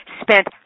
spent